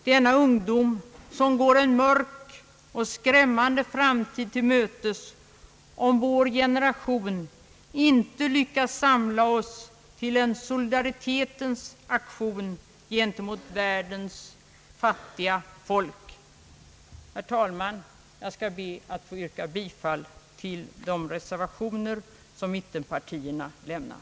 Denna ungdom går en mörk och skrämmande framtid till mötes, om vår generation inte lyckas samla sig till en solidaritetsaktion för världens fattiga folk. Herr talman! Jag kommer att yrka bifall till de reservationer som mittenpartierna lämnat.